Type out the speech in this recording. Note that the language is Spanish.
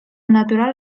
natural